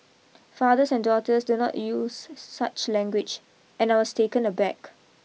fathers and daughters do not use such language and I was taken a back